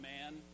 man